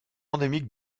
endémique